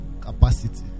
Capacity